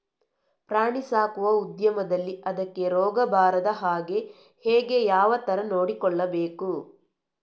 ಪ್ರಾಣಿ ಸಾಕುವ ಉದ್ಯಮದಲ್ಲಿ ಅದಕ್ಕೆ ರೋಗ ಬಾರದ ಹಾಗೆ ಹೇಗೆ ಯಾವ ತರ ನೋಡಿಕೊಳ್ಳಬೇಕು?